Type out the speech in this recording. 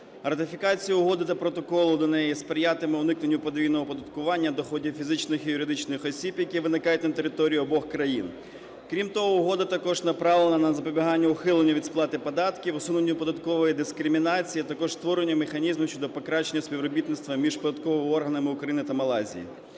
Ратифікація Угоди та Протоколу до неї сприятиме уникненню подвійного оподаткування доходів фізичних і юридичних осіб, які виникають на території обох країн. Крім того, Угода також направлена на запобігання ухилення від сплати податків, усунення податкової дискримінації і також створення механізму щодо покращення співробітництва між податковими органами України та Малайзії.